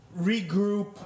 regroup